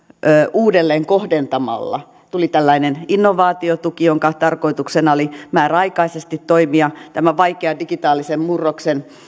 uudelleen kohdentamalla tuli tällainen innovaatiotuki jonka tarkoituksena oli määräaikaisesti toimia tämän vaikean digitaalisen murroksen